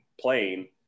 playing